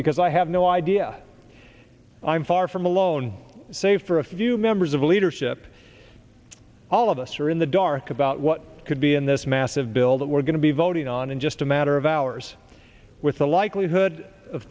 because i have no idea i'm far from alone save for a few members of the leadership all of us are in the dark about what could be in this massive bill that we're going to be voting on in just a matter of hours with the likelihood of